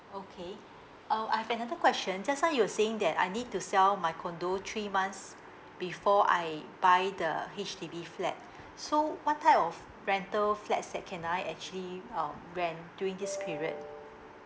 okay um I have another question just now you were saying that I need to sell my condo three months before I buy the H_D_B flat so what type of rental flats that can I actually um rent during this period